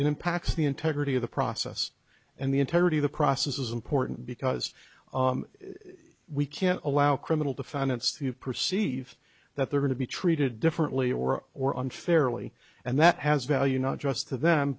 impacts the integrity of the process and the integrity of the process is important because we can't allow criminal defendants to perceive that they're going to be treated differently or or unfairly and that has value not just to them